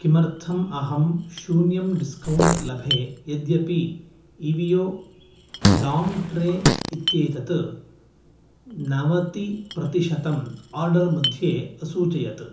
किमर्थम् अहं शून्यं डिस्कौण्ट् लभे यद्यपि इवियो लाङ्ग् ट्रे इत्येतत् नवतिप्रतिशतम् आर्डर् मध्ये असूचयत्